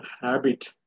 habit